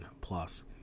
plus